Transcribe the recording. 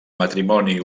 matrimoni